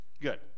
good